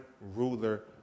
ruler